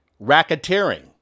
racketeering